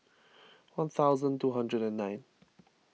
one thousand two hundred and nine